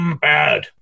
Bad